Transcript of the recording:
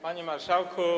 Panie Marszałku!